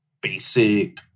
basic